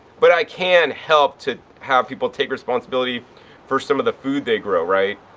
but i can help to have people take responsibility for some of the food they grow, right.